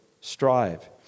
Strive